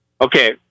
Okay